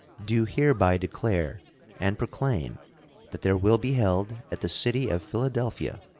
do hereby declare and proclaim that there will be held at the city of philadelphia,